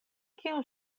kion